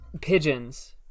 pigeons